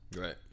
Right